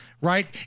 right